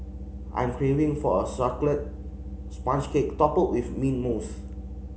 I'm craving for a chocolate sponge cake topped with mint mousse